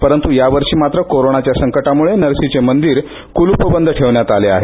परंतू यावर्षी मात्र कोरोनाच्या संकटामुळे नरसीचे मंदिर कुलूपबंद ठेवण्यात आले आहे